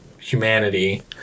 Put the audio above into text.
humanity